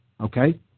Okay